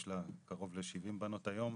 יש לה קרוב ל-70 בנות היום,